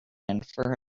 infer